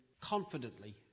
confidently